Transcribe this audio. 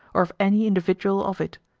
or of any individual of it.